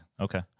Okay